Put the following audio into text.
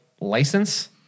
license